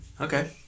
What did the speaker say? Okay